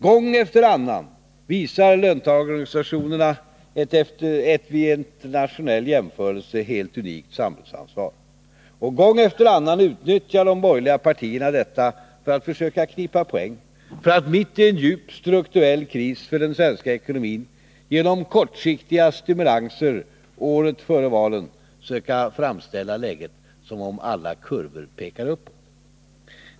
Gång efter annan visar löntagarorganisationerna ett vid en internationell jämförelse helt unikt samhällsansvar, och gång efter annan utnyttjar de borgerliga partierna detta för att knipa poäng, för att mitt i en strukturell kris för den svenska ekonomin genom kortsiktiga stimulanser året före valet söka framställa läget som att ”alla kurvor pekar uppåt”.